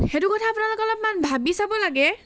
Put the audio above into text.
সেইটো কথা আপোনালোকে অলপমান ভাবি চাব লাগে